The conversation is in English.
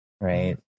Right